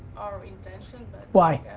our intention why?